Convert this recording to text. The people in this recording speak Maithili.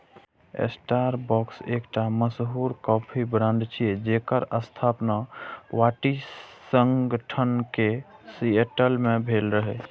स्टारबक्स एकटा मशहूर कॉफी ब्रांड छियै, जेकर स्थापना वाशिंगटन के सिएटल मे भेल रहै